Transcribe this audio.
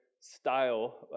style